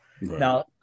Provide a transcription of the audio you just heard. Now